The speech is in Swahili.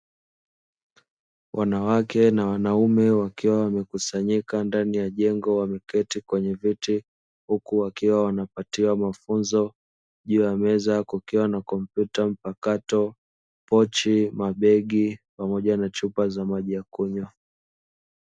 Wanawake na wanaume wakiwa wamekusanyika ndani ya jengo wameketi kwenye viti, huku wakiwa wanapatiwa mafunzo juu ya meza kukiwa na kompyuta mpakato, pochi, mabegi pamoja na chupa za maji ya kunywa.